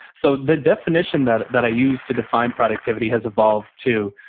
so the definition that that i use to define productivity has evolved too.